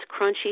crunchy